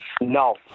No